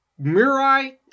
Murai